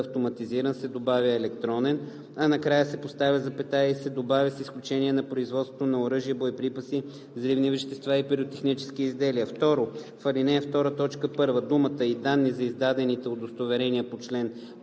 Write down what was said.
„автоматизиран“ се добавя „електронен“, а накрая се поставя запетая и се добавя „с изключение на производството на оръжия, боеприпаси, взривни вещества и пиротехнически изделия“. 2. В ал. 2, т. 1 думите „и данни за издадените удостоверения по чл. 13,